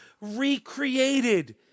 recreated